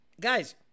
Guys